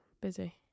Busy